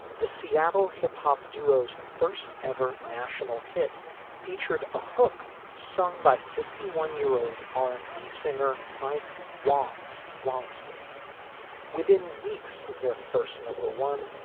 the seattle hip hop duo's first ever national hit featured a hook sung by fifty one year old r and b singer mike wongs wansley within weeks of their first number one,